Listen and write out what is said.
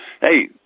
hey